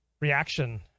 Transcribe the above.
reaction